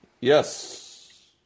Yes